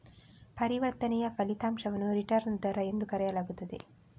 ಪರಿವರ್ತನೆಯ ಫಲಿತಾಂಶವನ್ನು ರಿಟರ್ನ್ ದರ ಎಂದು ಕರೆಯಲಾಗುತ್ತದೆ